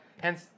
hence